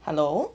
hello